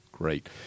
Great